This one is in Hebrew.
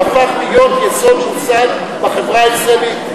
שהפכה להיות יסוד מוסד בחברה הישראלית.